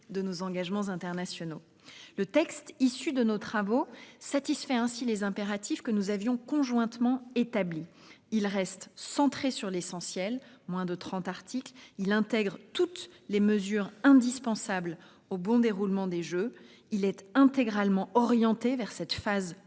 de nos engagements internationaux. Le texte issu de nos travaux satisfait ainsi aux impératifs que nous avions conjointement établis. Il reste centré sur l'essentiel ; à preuve, il compte moins de trente articles. Il contient toutes les mesures indispensables au bon déroulement des Jeux. Il est intégralement orienté vers la phase opérationnelle